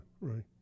Right